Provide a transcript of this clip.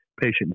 patient